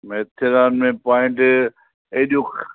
मेथिरान में पॉइंट हेॾियूं